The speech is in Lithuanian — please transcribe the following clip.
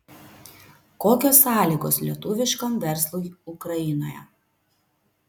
kokios sąlygos lietuviškam verslui ukrainoje